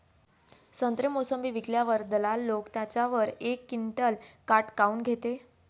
संत्रे, मोसंबी विकल्यावर दलाल लोकं त्याच्यावर एक क्विंटल काट काऊन घेते?